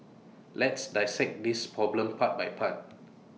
let's dissect this problem part by part